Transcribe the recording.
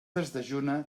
desdejuna